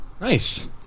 Nice